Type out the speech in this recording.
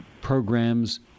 programs